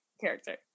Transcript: character